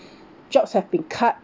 jobs have been cut